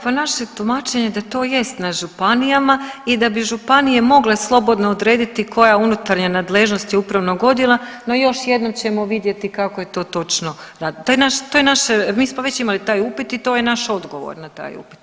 Pa naše je tumačenje da to jest na županijama i da bi županije mogle slobodno odrediti koja je unutarnja nadležnost upravnog odjela, no još jednom ćemo vidjeti kako je to točno, to je naše mi smo već imali taj upit i to je naš odgovor na taj upit.